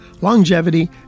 longevity